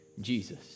Jesus